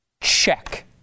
check